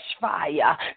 fire